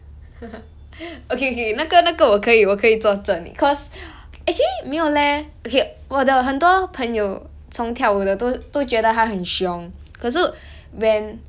okay okay 那个那个我可以我可以作证 cause actually 没有 leh okay 我的很多朋友从跳舞的都都觉得他很凶可是 when